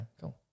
cool